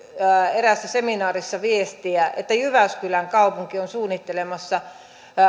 eräässä seminaarissa viestiä että jyväskylän kaupunki on suunnittelemassa